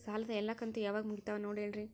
ಸಾಲದ ಎಲ್ಲಾ ಕಂತು ಯಾವಾಗ ಮುಗಿತಾವ ನೋಡಿ ಹೇಳ್ರಿ